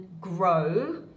grow